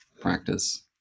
practice